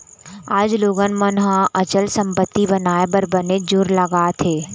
आज लोगन मन ह अचल संपत्ति बनाए बर बनेच जोर लगात हें